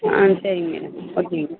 ஆ சரிங்க மேடம் ஓகேங்க மேடம்